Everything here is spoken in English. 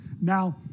Now